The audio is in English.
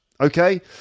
Okay